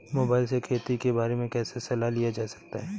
Mobile से खेती के बारे कैसे सलाह लिया जा सकता है?